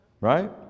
right